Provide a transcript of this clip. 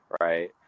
right